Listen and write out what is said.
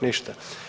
Ništa.